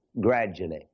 gradually